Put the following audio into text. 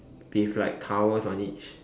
with like towers on each